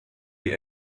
die